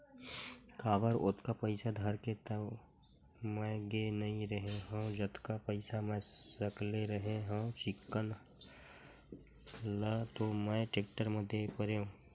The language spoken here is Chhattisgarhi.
काबर ओतका पइसा धर के तो मैय गे नइ रेहे हव जतका पइसा मै सकले रेहे हव चिक्कन ल तो मैय टेक्टर म दे परेंव